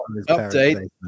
Update